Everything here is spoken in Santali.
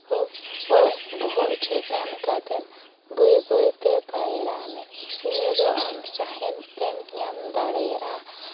ᱵᱚᱦᱚᱜ ᱪᱮᱛᱟᱱ ᱠᱟᱛᱮᱱ ᱵᱟᱹᱭ ᱵᱟᱹᱭ ᱛᱮ ᱯᱟᱭᱨᱟᱜ ᱢᱮ ᱤᱱᱟᱹ ᱫᱚ ᱟᱢ ᱥᱟᱦᱮᱸᱫ ᱮᱢ ᱧᱟᱢ ᱫᱟᱲᱮᱭᱟᱜᱼᱟ